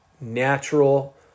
natural